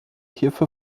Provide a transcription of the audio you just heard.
hierfür